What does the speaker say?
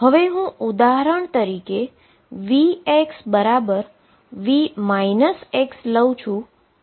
હવે જો ઉદાહરણ તરીકે VxV લઉ છું